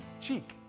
cheek